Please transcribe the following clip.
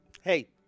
hey